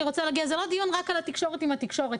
מבחינתי זה לא דיון רק על התקשורת עם התקשורת.